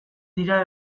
dira